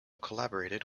collaborated